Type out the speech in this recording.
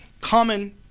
common